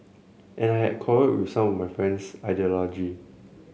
and I had quarrelled with some of my friends ideology